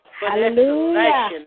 Hallelujah